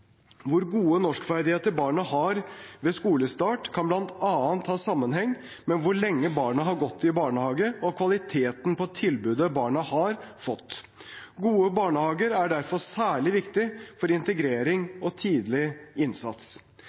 Hvor gode norskferdigheter barna har ved skolestart, kan bl.a. ha sammenheng med hvor lenge barnet har gått i barnehage, og kvaliteten på tilbudet barnet har fått. Gode barnehager er derfor særlig viktig for integrering og tidlig innsats.